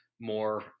more